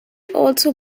also